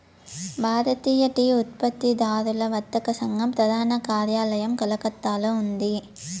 భారతీయ tea ఉత్పత్తిదారుల వర్తక సంఘం ప్రధాన కార్యాలయం కలకత్తాలో ఉంది